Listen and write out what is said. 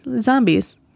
Zombies